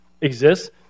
exists